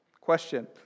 Question